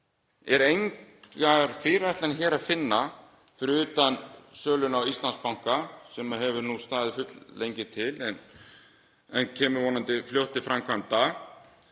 Eru engar fyrirætlanir hér að finna, fyrir utan söluna á Íslandsbanka sem hefur nú staðið fulllengi til en kemur vonandi fljótt til framkvæmda,